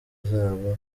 zabo